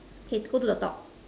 okay go to the top